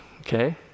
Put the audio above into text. okay